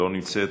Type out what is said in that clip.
לא נמצאת,